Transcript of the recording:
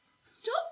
Stop